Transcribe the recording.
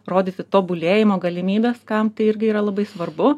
rodyti tobulėjimo galimybes kam tai irgi yra labai svarbu